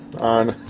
on